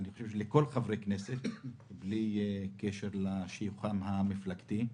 אני חושב שלכל חברי הכנסת בלי קשר לשיוכם המפלגתי.